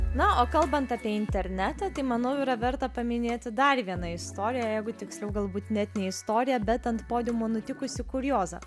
na o kalbant apie internetą tai manau yra verta paminėti dar viena istoriją jeigu tiksliau galbūt net ne istoriją bet ant podiumo nutikusį kuriozą